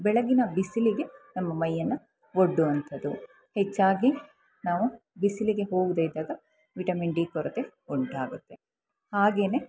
ಬೆಳಗಿನ ಬಿಸಿಲಿಗೆ ನಮ್ಮ ಮೈಯನ್ನು ಒಡ್ಡುವಂಥದ್ದು ಹೆಚ್ಚಾಗಿ ನಾವು ಬಿಸಿಲಿಗೆ ಹೋಗದೇ ಇದ್ದಾಗ ವಿಟಮಿನ್ ಡಿ ಕೊರತೆ ಉಂಟಾಗುತ್ತೆ ಹಾಗೆಯೇ